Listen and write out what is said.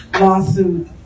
lawsuit